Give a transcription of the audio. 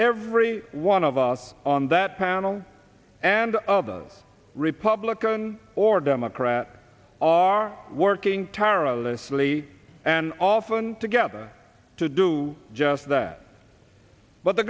every one of us on that panel and other republican or democrat are working tirelessly and often together to do just that but the